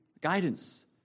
guidance